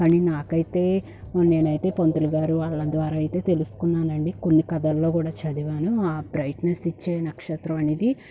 కానీ నాకైతే నేనయితే పంతులుగారు వాళ్ళ ద్వారా అయితే తెలుసుకున్నానండి కొన్ని కథల్లో కూడా చదివాను ఆ బ్రైట్నెస్ ఇచ్చే నక్షత్రం అనేది